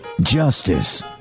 justice